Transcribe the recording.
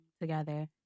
together